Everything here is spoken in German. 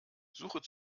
suche